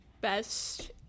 best